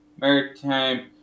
maritime